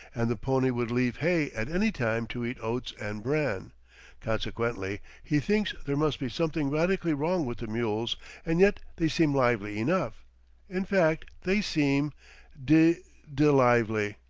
and the pony would leave hay at any time to eat oats and bran consequently, he thinks there must be something radically wrong with the mules and yet they seem lively enough in fact, they seem d d lively.